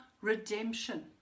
redemption